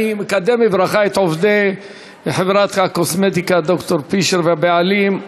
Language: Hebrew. אני מקדם בברכה את עובדי חברת הקוסמטיקה "ד"ר פישר" והבעלים.